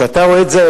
שאתה רואה את זה,